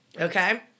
Okay